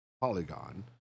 polygon